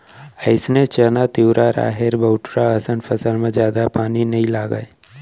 अइसने चना, तिंवरा, राहेर, बटूरा असन फसल म जादा पानी नइ लागय